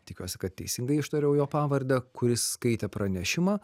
tikiuosi kad teisingai ištariau jo pavardę kuris skaitė pranešimą